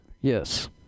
Yes